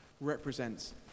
represents